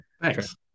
thanks